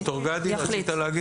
רציתי לומר